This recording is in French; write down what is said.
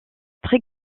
très